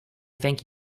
thank